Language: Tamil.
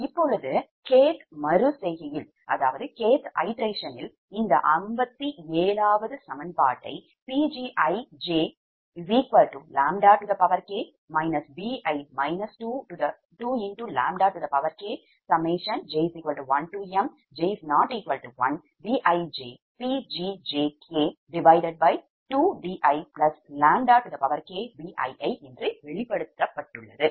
இப்போது 𝑘𝑡ℎ மறு செய்கையில் இந்த 57 சமன்பாடு Pgjkʎk bi 2ʎkj1j≠1mBijPgjk2diʎkBii என்று வெளிப்படுத்தப்பட்டுள்ளது